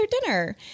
dinner